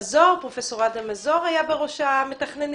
פרופ' אדם מזור היה בראש המתכננים,